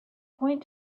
point